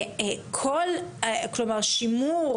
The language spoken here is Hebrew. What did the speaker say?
כלומר, שימור